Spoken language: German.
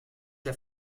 der